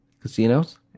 Casinos